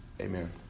Amen